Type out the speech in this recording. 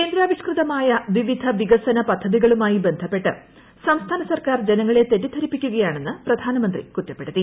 കേന്ദ്രാവിഷ്കൃതമായ വിവിധ വികസന പദ്ധതികളുമായി ബന്ധപ്പെട്ട് സംസ്ഥാന സർക്കാർ ജനങ്ങളെ തെറ്റിദ്ധരിപ്പിക്കുകയാണെന്ന് പ്രധാനമന്ത്രി കുറ്റപ്പെടുത്തി